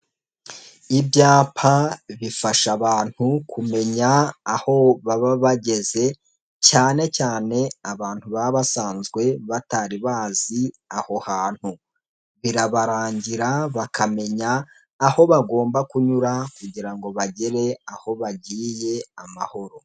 Ibyapa bifasha abantu kumenya aho baba bageze, cyane cyane abantu baba basanzwe batari bazi aho hantu, birabarangira bakamenya aho bagomba kunyura kugira ngo bagere aho bagiye amahoro.